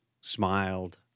smiled